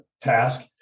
task